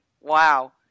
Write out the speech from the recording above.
wow